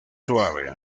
suave